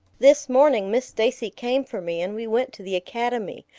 this morning miss stacy came for me and we went to the academy,